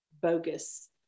bogus